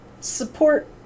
support